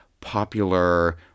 popular